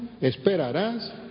esperarás